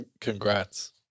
Congrats